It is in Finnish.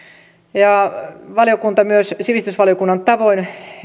valiokunta myös sivistysvaliokunnan tavoin